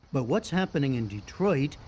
but what's happening in detroit,